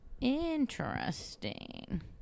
Interesting